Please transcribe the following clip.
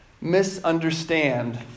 misunderstand